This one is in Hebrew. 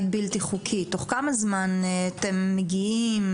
בלתי חוקי תוך כמה זמן אתם מגיעים,